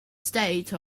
state